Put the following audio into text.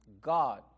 God